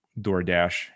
DoorDash